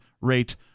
rate